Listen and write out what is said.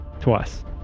Twice